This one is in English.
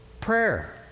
prayer